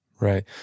Right